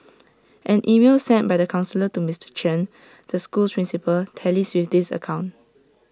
an email sent by the counsellor to Mister Chen the school's principal tallies with this account